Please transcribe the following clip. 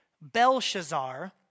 Belshazzar